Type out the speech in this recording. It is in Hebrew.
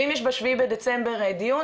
ואם יש בדצמבר דיון,